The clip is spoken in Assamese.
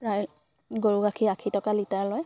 প্ৰায় গৰু গাখীৰ আশী টকা লিটাৰ লয়